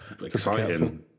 exciting